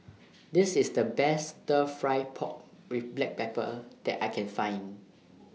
This IS The Best Stir Fry Pork with Black Pepper that I Can Find